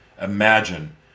Imagine